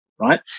Right